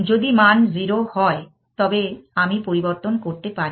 যদি মান 0 হয় তবে আমি পরিবর্তন করতে পারি